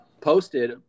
posted